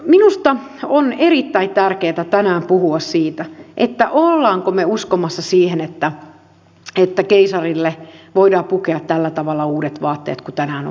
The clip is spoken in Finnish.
minusta on erittäin tärkeätä tänään puhua siitä olemmeko me uskomassa siihen että keisarille voidaan pukea tällä tavalla uudet vaatteet kuin tänään on puettu